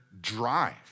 drive